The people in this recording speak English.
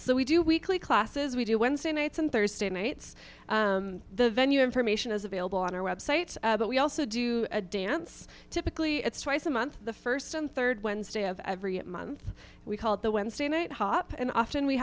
s we do weekly classes we do wednesday nights and thursday nights the venue information is available on our website but we also do a dance typically it's twice a month the first and third wednesday of every month we call it the wednesday night hop and often we